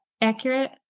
accurate